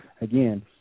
Again